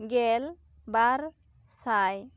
ᱜᱮᱞ ᱵᱟᱨ ᱥᱟᱭ